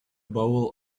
bowl